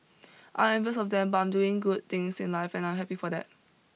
I'm envious of them but I'm doing good things in life and I am happy for that